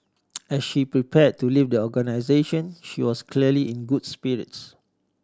as she prepared to leave the organisation she was clearly in good spirits